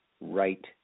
right